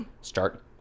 start